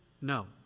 no